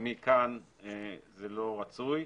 פנימי כאן זה לא רצוי.